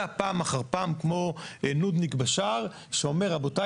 פעם אחר פער כמו נודניק בשער שאומר רבותיי,